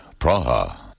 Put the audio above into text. Praha